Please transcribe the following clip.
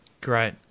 Great